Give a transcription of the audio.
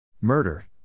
Murder